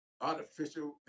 artificial